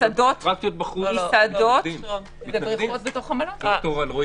מסעדות ובריכות בתוך המלון.